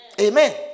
Amen